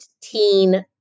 teen